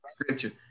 scripture